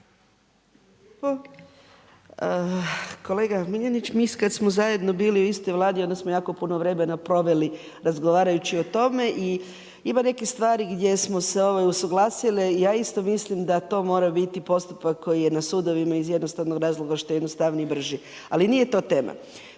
Kolega Miljenić, mi kada smo zajedno bili u istoj vladi onda smo jako puno vremena proveli razgovarajući o tome i ima nekih stvari gdje smo se usuglasili i ja isto mislim da to mora biti postupak koji je na sudovima iz jednostavnog razloga što je jednostavniji i brži. Ali nije to tema.